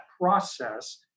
process